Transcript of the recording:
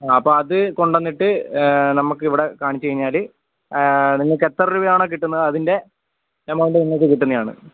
ആ അപ്പോൾ അത് കൊണ്ടുവന്നിട്ട് നമുക്കിവിടെ കാണിച്ച് കഴിഞ്ഞാൽ നിങ്ങൾക്ക് എത്ര രൂപയാണോ കിട്ടുന്നത് അതിൻ്റെ എമൗണ്ട് നിങ്ങൾക്ക് കിട്ടുന്നതാണ്